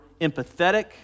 empathetic